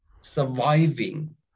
surviving